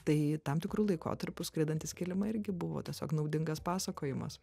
tai tam tikru laikotarpiu skraidantys kilimai irgi buvo tiesiog naudingas pasakojimas